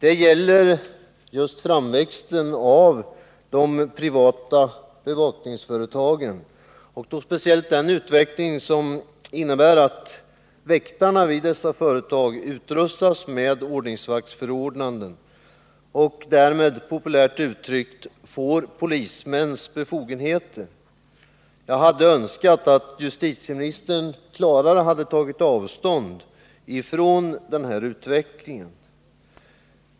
Det gäller framväxten av de privata bevakningsföretagen. och då speciellt den utveckling som innebär att väktarna vid dessa företag utrustas med ordningsvaktsförordnanden och därmed populärt uttryckt får polismans befogenheter. Jag skulle ha önskat att justitieministern klarare tagit avstånd från den utvecklingen.